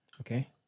Okay